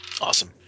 Awesome